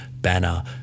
banner